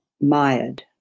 mired